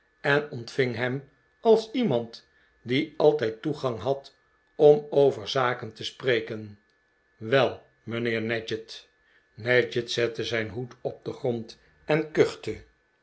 en ontving hem als iemand die altijd toegang had om over zaken te spreken wel mijnheer nadgett nadgett zette zijn hoed op den grond en kuchte